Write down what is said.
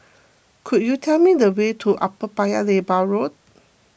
could you tell me the way to Upper Paya Lebar Road